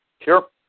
Sure